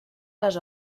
les